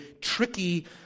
tricky